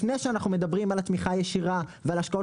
לפני שאנחנו מדברים על התמיכה הישירה ועל ההשקעות